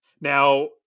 now